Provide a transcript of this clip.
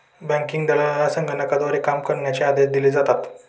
banking दलालाला संगणकाद्वारे काम करण्याचे आदेश दिले जातात